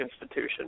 institution